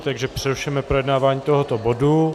Takže přerušíme projednávání tohoto bodu.